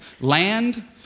land